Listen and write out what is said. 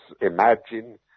Imagine